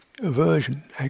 aversion